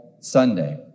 Sunday